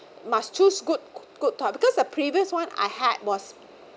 must choose good good toi~ because the previous one I had was